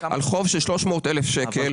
על חוב של 300,000 ₪.